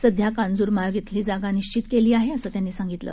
सध्या कांजुरमार्ग श्विली जागा निश्वित केली आहे असं त्यांनी सांगितलं